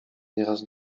nieraz